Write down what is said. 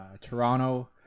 Toronto